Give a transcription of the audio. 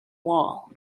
wall